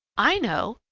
i know!